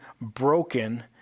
broken